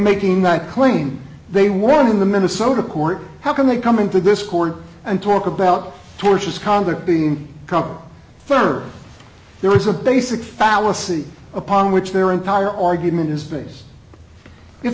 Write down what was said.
making that claim they were in the minnesota court how can they come into this corner and talk about torturous conduct being come third there is a basic fallacy upon which their entire argument his base if